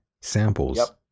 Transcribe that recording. samples